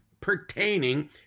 pertaining